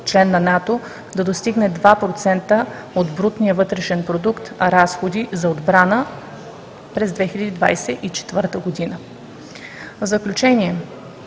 член на НАТО да достигне 2% от брутния вътрешен продукт разходи за отбрана през 2024 г.